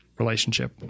relationship